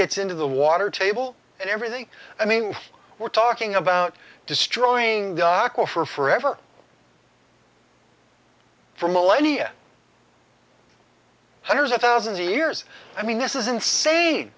gets into the water table and everything i mean we're talking about destroying the iraq war for forever for millennia hundreds of thousands of years i mean this is insane